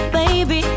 baby